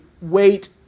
wait